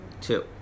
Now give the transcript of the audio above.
Two